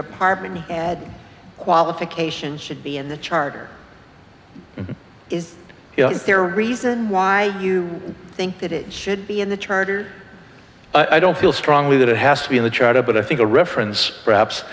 partner qualifications should be in the charter is there a reason why you think that it should be in the charter i don't feel strongly that it has to be in the charter but i think a reference perhaps